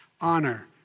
honor